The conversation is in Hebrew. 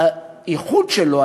הייחוד שלו,